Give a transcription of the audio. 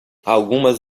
algumas